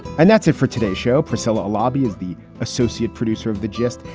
and that's it for today's show, pricella lobby is the associate producer of the gist.